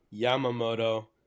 Yamamoto